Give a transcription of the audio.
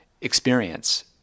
experience